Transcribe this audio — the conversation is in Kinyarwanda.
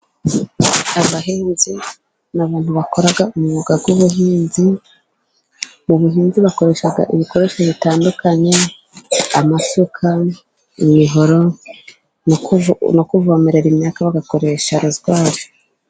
Abahinzi ni abantu bakora umwuga w'ubuhinzi, mu buhinzi bakoresha ibikoresho bitandukanye amasuka, imihoro no kuvomerera imyaka bagakoresha lozwari.